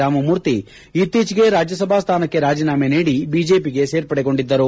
ರಾಮಮೂರ್ತಿ ಇತ್ತೀಚೆಗೆ ರಾಜ್ಯಸಭಾ ಸ್ಥಾನಕ್ಕೆ ರಾಜೀನಾಮೆ ನೀಡಿ ಬಿಜೆಪಿಗೆ ಸೇರ್ಪಡೆಗೊಂಡಿದ್ದರು